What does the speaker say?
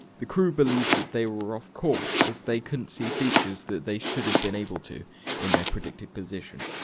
the crew believed that they were off course, as they couldn't see features that they should have been able to in their predicted position.